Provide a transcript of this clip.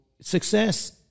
success